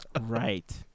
Right